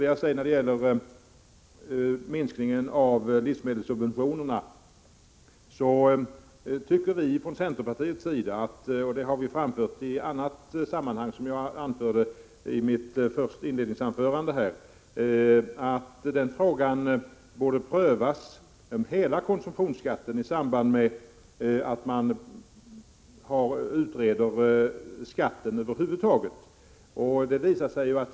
Låt mig när det gäller minskningen av livsmedelssubventionerna säga att vi från centerns sida anser — det har vi som jag anförde i mitt inledningsanförande framfört i annat sammanhang — att hela frågan om konsumtionsskatt borde prövas i samband med att man utreder skatten över huvud taget.